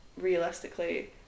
realistically